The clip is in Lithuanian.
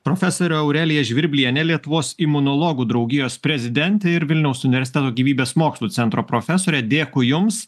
profesorė aurelija žvirblienė lietuvos imunologų draugijos prezidentė ir vilniaus universiteto gyvybės mokslų centro profesorė dėkui jums